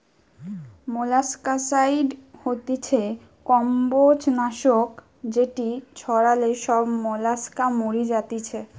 molluscicide হতিছে কম্বোজ নাশক যেটি ছড়ালে সব মোলাস্কা মরি যাতিছে